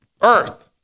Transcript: earth